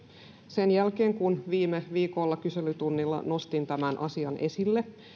sen jälkeen kun viime viikolla kyselytunnilla nostin tämän asian esille